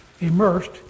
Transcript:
immersed